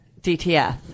DTF